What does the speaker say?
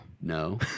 no